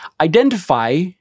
identify